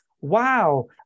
wow